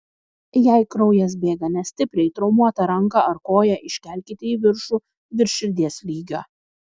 jei kraujas bėga nestipriai traumuotą ranką ar koją iškelkite į viršų virš širdies lygio